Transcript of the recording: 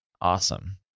Awesome